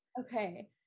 Okay